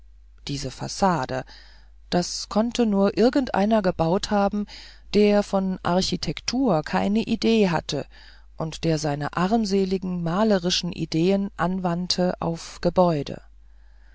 diese fassade das konnte nur irgendeiner gebaut haben der von architektur keine idee hatte und der seine armseligen malerischen ideen anwandte auf ein gebäude